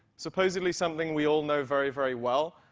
supposedly something we all know very, very well,